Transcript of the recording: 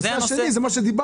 הנושא השני זה מה שדיברנו,